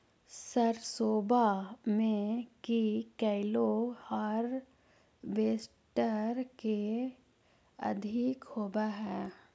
सरसोबा मे की कैलो हारबेसटर की अधिक होब है?